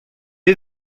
est